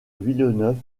villeneuve